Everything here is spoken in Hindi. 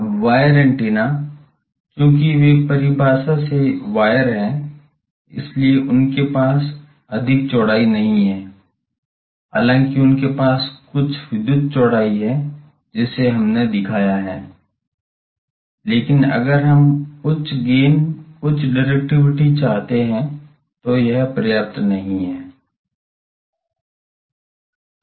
अब वायर एंटीना चूंकि वे परिभाषा से वायर हैं इसलिए उनके पास अधिक चौड़ाई नहीं है हालांकि उनके पास कुछ विद्युत चौड़ाई है जिसे हमने दिखाया है लेकिन अगर हम उच्च गेन उच्च डिरेक्टिविटी चाहते हैं तो यह पर्याप्त नहीं है